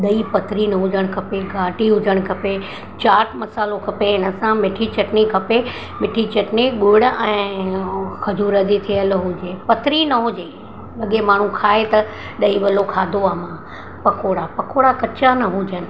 ॾही पतरी न हुजनि खपे घाटी हुजणु खपे चाट मसाल्हो खपे हिन सां मिठी चटनी खपे मिठी चटनी गुड़ ऐं ऐं खजूर जी थियल हुजे पतरी न हुजे अॻे माण्हू खाए त ॾही भलो खाधो आहे मां पकोड़ा पकोड़ा कचा न हुजनि